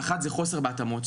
האחת זה חוסר בהתאמות,